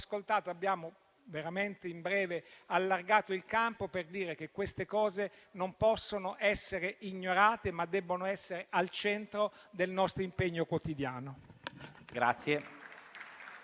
Abbiamo veramente allargato il campo per dire che questi episodi non possono essere ignorati, ma debbono essere al centro del nostro impegno quotidiano.